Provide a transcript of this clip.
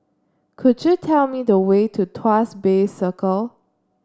could you tell me the way to Tuas Bay Circle